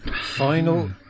Final